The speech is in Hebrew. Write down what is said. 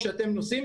כשאתם נוסעים,